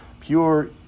pure